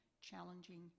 challenging